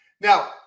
Now